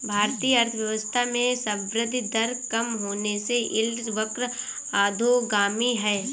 भारतीय अर्थव्यवस्था में संवृद्धि दर कम होने से यील्ड वक्र अधोगामी है